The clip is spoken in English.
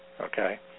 okay